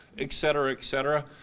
et cetera, et cetera.